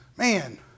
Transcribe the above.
Man